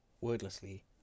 wordlessly